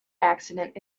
accident